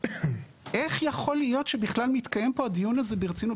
איך יכול להיות שבכלל מתקיים פה הדיון הזה ברצינות?